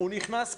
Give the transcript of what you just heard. הוא נכנס פנימה.